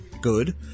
good